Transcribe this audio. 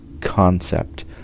concept